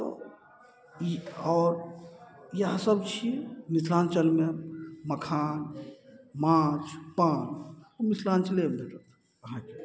तऽ इएह सब छियै मिथिलाञ्चलमे मखान माछ पान ओ मिथिलाञ्चले भेटत अहाँके